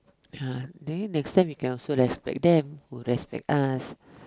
ah then next time we can also respect them who respect us